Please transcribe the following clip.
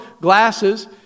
glasses